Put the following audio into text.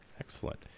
excellent